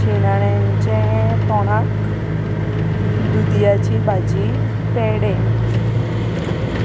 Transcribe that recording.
शिणाण्यांचे तोणाक दुद्याची भाजी पेडे